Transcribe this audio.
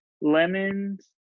lemons